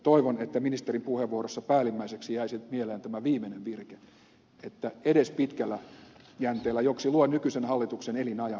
toivon että ministerin puheenvuorossa päällimmäiseksi jäisi mieleen tämä viimeinen virke että edes pitkällä jänteellä joksi luen nykyisen hallituksen elinajan ryhdyttäisiin korjaustoimiin